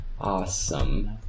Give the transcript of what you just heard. Awesome